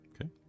Okay